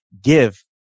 give